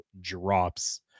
drops